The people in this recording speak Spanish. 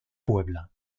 puebla